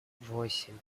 восемь